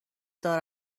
دار